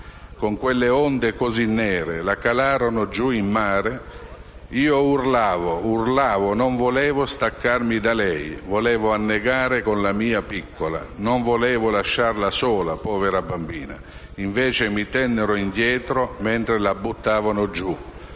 con quelle onde così nere, la calarono giù in mare. Io urlavo, urlavo non volevo staccarmi da lei, volevo annegare con la mia piccola (...). Non volevo lasciarla sola, povera bambina, invece mi tennero indietro mentre la buttavano giù.